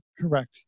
Correct